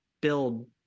build